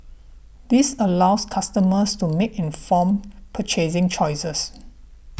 this allows customers to make informed purchasing choices